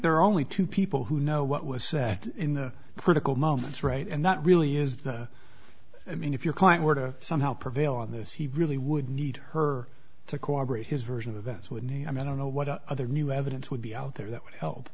there are only two people who know what was in the critical moments right and that really is the i mean if your client were to somehow prevail on this he really would need her to cooperate his version of events with me i don't know what other new evidence would be out there that would help